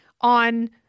on